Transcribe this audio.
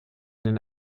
den